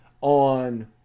on